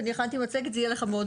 הכנתי מצגת, זה יהיה לך מאוד ברור.